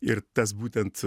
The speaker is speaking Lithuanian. ir tas būtent